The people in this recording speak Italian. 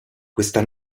questa